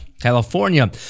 California